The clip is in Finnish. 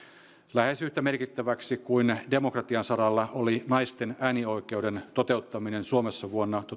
lähes yhtä merkittäväksi kuin demokratian saralla oli naisten äänioikeuden toteuttaminen suomessa vuonna